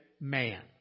man